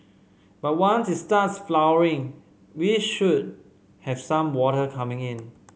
but once it starts flowering we should have some water coming in